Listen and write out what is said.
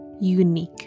unique